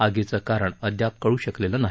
आगीचं कारण अद्याप कळू शकलेलं नाही